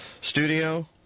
studio